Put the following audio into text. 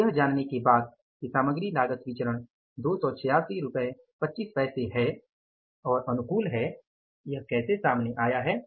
अब यह जानने के बाद कि सामग्री लागत विचरण 28625 अनुकूल है यह कैसे सामने आया है